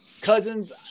Cousins